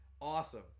awesome